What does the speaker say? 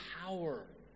power